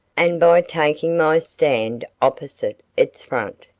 and by taking my stand opposite its front,